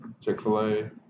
chick-fil-a